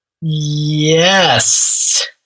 Yes